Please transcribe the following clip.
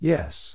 Yes